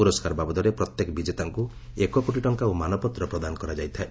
ପୁରସ୍କାର ବାବଦରେ ପ୍ରତ୍ୟେକ ବିଜେତାଙ୍କୁ ଏକ କୋଟି ଟଙ୍କା ଓ ମାନପତ୍ର ପ୍ରଦାନ କରାଯାଇଥାଏ